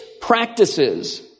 practices